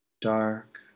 dark